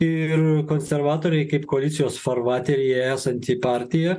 ir konservatoriai kaip koalicijos farvateryje esanti partija